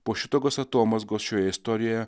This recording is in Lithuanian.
po šitokios atomazgos šioje istorijoje